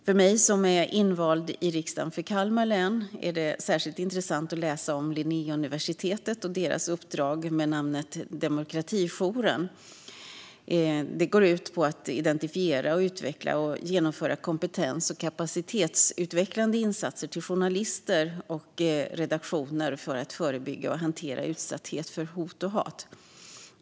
För mig som är invald för Kalmar län är det särskilt intressant att läsa om Linnéuniversitetets uppdrag med arbetsnamnet Demokratijouren. Det går ut på att identifiera, utveckla och genomföra kompetens och kapacitetsutvecklande insatser till journalister och redaktioner för att förebygga och hantera utsatthet för hot och hat.